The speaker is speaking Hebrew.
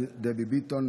דבי ביטון,